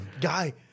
guy